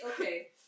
Okay